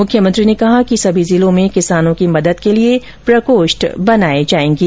मुख्यमंत्री ने कहा कि सभी जिलों में किसानों की मदद के लिए प्रकोष्ठ बनाए जाएंगे